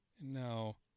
Now